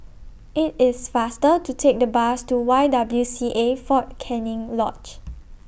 IT IS faster to Take The Bus to Y W C A Fort Canning Lodge